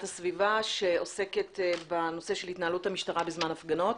הסביבה שעוסק בנושא של התנהלות המשטרה בזמן הפגנות.